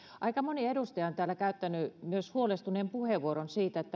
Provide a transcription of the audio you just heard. aika moni edustaja on täällä käyttänyt huolestuneen puheenvuoron myös siitä